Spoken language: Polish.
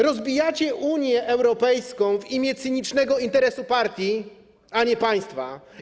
Rozbijacie Unię Europejską w imię cynicznego interesu partii, a nie państwa.